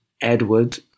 Edward